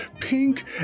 pink